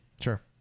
Sure